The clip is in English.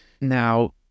Now